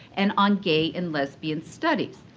and on gay and lesbian studies.